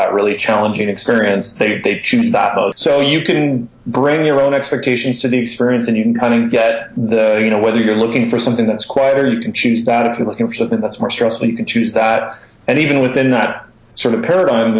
that really challenging experience they choose that so you can bring your own expectations to the experience and you can kind of get you know whether you're looking for something that's quiet or you can choose out if you're looking for something that's more stressful you can choose that and even within that sort of paradigm